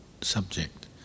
subject